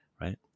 right